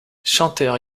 chanteur